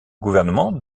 gouvernement